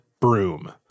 broom